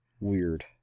Weird